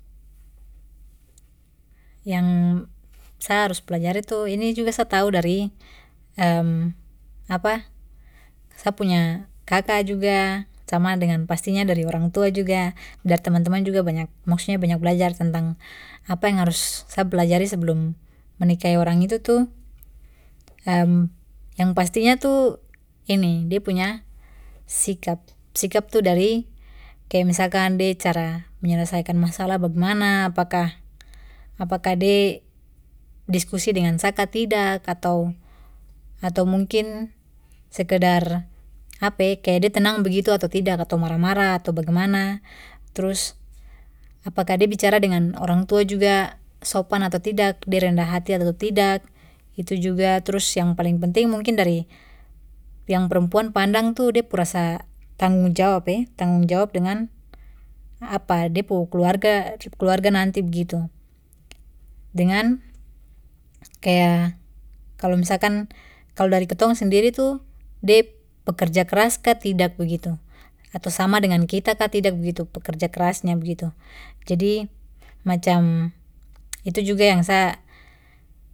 Yang sa harus pelajari tu ini juga sa tahu dari sa punya kaka juga sama dengan pastinya dari orang tua juga dari teman teman juga banyak maksudnya banyak belajar tentang apa yang harus sa pelajari sebelum menikahi orang itu tu yang pastinya tu in de punya sikap, sikap tu dari kaya misalkan de cara menyelesaikan masalah bagemana apakah, apakah de diskusi dengan sa kah tidak atau atau mungkin sekedar kaya de tenang begitu ato tidak ato marah marah ato bagemana terus, apakah de bicara dengan orang tua juga sopan atau tidak de rendah hati atau tidak itu juga trus yang paling penting mungkin dari yang perempuan pandang tu de pu rasa tanggung jawab eh tanggung jawab dengan apa de pu keluarga de pu keluarga nanti begitu dengan kaya kalo misalkan kalo dari kitong sendiri tu de pekerja keras kah tidak begitu ato sama dengan kita kah tidak begitu pekerja kerasnya begitu jadi macam itu juga yang sa.